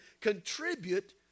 contribute